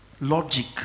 logic